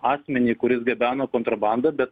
asmenį kuris gabeno kontrabandą bet